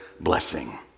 Blessing